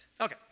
Okay